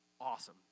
awesome